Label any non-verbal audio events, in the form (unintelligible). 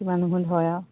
কিমানো (unintelligible) হয় আৰু